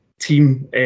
team